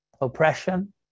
oppression